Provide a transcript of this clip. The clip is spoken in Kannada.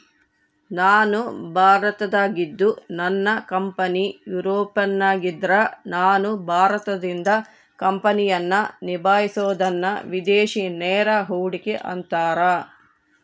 ನಾನು ಭಾರತದಾಗಿದ್ದು ನನ್ನ ಕಂಪನಿ ಯೂರೋಪ್ನಗಿದ್ದ್ರ ನಾನು ಭಾರತದಿಂದ ಕಂಪನಿಯನ್ನ ನಿಭಾಹಿಸಬೊದನ್ನ ವಿದೇಶಿ ನೇರ ಹೂಡಿಕೆ ಅಂತಾರ